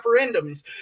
referendums